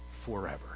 forever